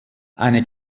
eine